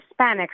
Hispanics